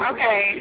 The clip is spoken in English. Okay